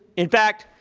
in fact,